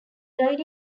died